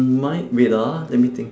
mine wait ah let me think